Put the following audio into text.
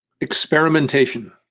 Experimentation